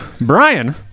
Brian